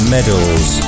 Medals